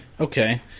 Okay